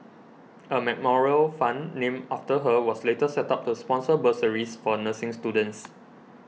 a memorial fund named after her was later set up to sponsor bursaries for nursing students